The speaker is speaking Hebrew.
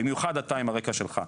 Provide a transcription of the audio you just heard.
במיוחד אתה עם הרקע שלך,